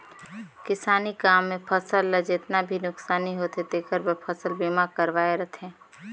किसानी काम मे फसल ल जेतना भी नुकसानी होथे तेखर बर फसल बीमा करवाये रथें